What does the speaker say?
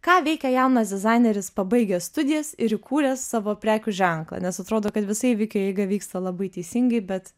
ką veikia jaunas dizaineris pabaigęs studijas ir įkūręs savo prekių ženklą nes atrodo kad visa įvykių eiga vyksta labai teisingai bet